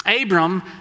Abram